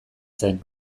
zen